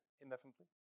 indefinitely